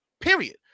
Period